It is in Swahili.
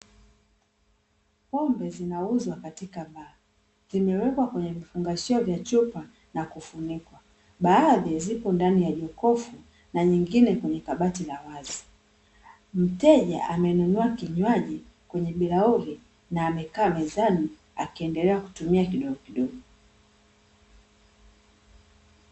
Pombe zinauuzwa katika baa zimewekwa kwenye vifungashio vya chupa na kufunikwa, baadhi zipo ndani ya jokofu na nyingine kwenye kabati la wazi. Mteja amenunua kinywaji kwenye bilauli na amekaa mezani akiendelea kutumia kidogo kidogo.